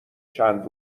چند